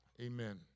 Amen